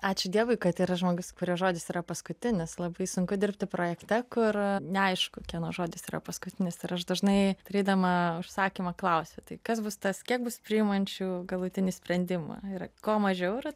ačiū dievui kad yra žmogus kurio žodis yra paskutinis labai sunku dirbti projekte kur neaišku kieno žodis yra paskutinis ir aš dažnai darydama užsakymą klausiu tai kas bus tas kiek bus priimančių galutinį sprendimą ir kuo mažiau yra